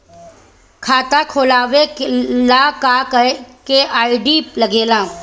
खाता खोलवावे ला का का आई.डी लागेला?